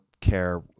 care